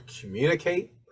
communicate